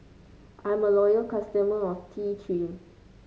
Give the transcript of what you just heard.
I'm a loyal customer of T Three